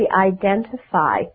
identify